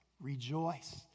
Rejoice